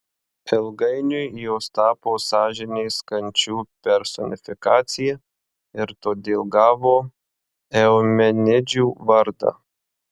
ilgainiui jos tapo sąžinės kančių personifikacija ir todėl gavo eumenidžių vardą